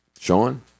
Sean